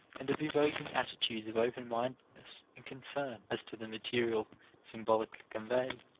and of evoking attitudes of open-mindedness and concern as to the material symbolically conveyed.